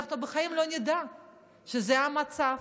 אנחנו בחיים לא נדע שזה המצב.